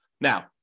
Now